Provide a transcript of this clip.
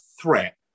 threat